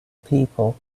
people